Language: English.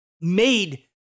made